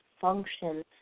function